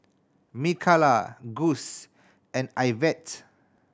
Mikala Gus and Ivette